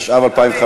התשע"ו 2016,